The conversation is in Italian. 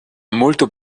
molto